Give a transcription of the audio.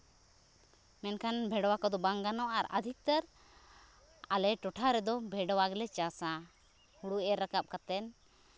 ᱢᱮᱱᱠᱷᱟᱱ ᱵᱷᱮᱲᱣᱟ ᱠᱚᱫᱚ ᱵᱟᱝ ᱜᱟᱱᱚᱜᱼᱟ ᱟᱹᱫᱷᱤᱠᱛᱟᱨ ᱟᱞᱮ ᱴᱚᱴᱷᱟ ᱨᱮᱫᱚ ᱵᱷᱮᱰᱣᱟ ᱜᱮᱞᱮ ᱪᱟᱥᱟ ᱦᱳᱲᱳ ᱤᱨ ᱨᱟᱠᱟᱵᱽ ᱠᱟᱛᱮ